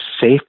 safe